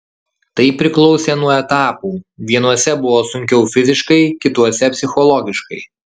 tai priklausė nuo etapų vienuose buvo sunkiau fiziškai kituose psichologiškai